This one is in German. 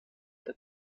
der